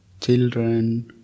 children